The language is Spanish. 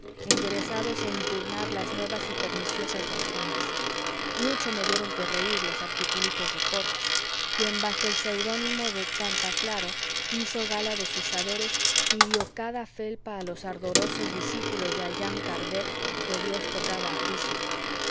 enderezados a impugnar las nuevas y perniciosas doctrinas mucho me dieron que reír los articulitos de porras quien bajo el seudónimo de canta claro hizo gala de sus saberes y dió cada felpa a los ardorosos discípulos de allán kardec que dios tocaba a juicio